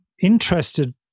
interested